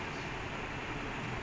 I think Arsenal also like